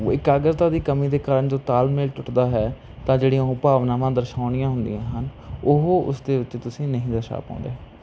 ਉ ਇਕਾਗਰਤਾ ਦੀ ਕਮੀ ਦੇ ਕਾਰਨ ਜੋ ਤਾਲਮੇਲ ਟੁੱਟਦਾ ਹੈ ਤਾਂ ਜਿਹੜੀਆਂ ਉਹ ਭਾਵਨਾਵਾਂ ਦਰਸਾਉਣੀਆਂ ਹੁੰਦੀਆਂ ਹਨ ਉਹ ਉਸ ਦੇ ਉੱਤੇ ਤੁਸੀਂ ਨਹੀਂ ਦਰਸਾ ਪਾਉਂਦੇ